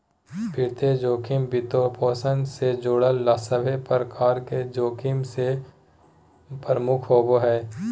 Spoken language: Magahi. वित्तीय जोखिम, वित्तपोषण से जुड़ल सभे प्रकार के जोखिम मे से प्रमुख होवो हय